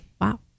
Wow